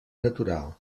natural